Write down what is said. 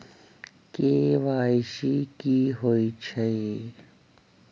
KYC कि होई छई?